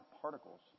particles